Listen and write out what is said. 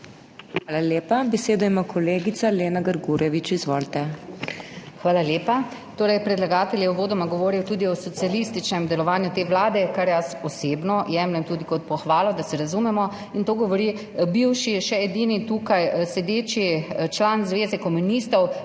Hvala lepa. Besedo ima kolegica Lena Grgurevič. Izvolite. **LENA GRGUREVIČ (PS Svoboda):** Hvala lepa. Predlagatelj je uvodoma govoril tudi o socialističnem delovanju te vlade, kar jaz osebno jemljem tudi kot pohvalo, da se razumemo, in to govori bivši, še edini tukaj sedeči član Zveze komunistov